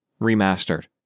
Remastered